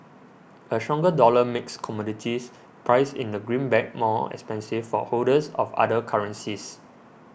a stronger dollar makes commodities priced in the greenback more expensive for holders of other currencies